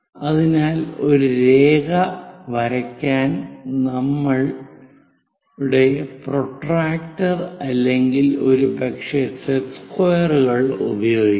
അതിനാൽ ഒരു രേഖ വരയ്ക്കാൻ നമ്മളുടെ പ്രൊട്ടക്റ്റർ അല്ലെങ്കിൽ ഒരുപക്ഷേ സെറ്റ് സ്ക്വയറുകൾ ഉപയോഗിക്കാം